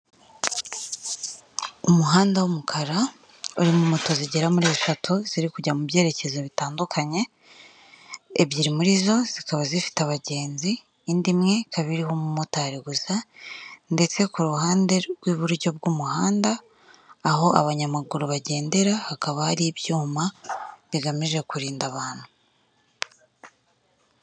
Umuhanda w'umukara, urimo moto zigera muri eshatu ziri kujya mu byerekezo bitandukanye, ebyiri muri zo zikaba zifite abagenzi, indi imwe ikaba iriho umumotari gusa ndetse ku ruhande rw'iburyo bw'umuhanda, aho abanyamaguru bagendera, hakaba hari ibyuma bigamije kurinda abantu.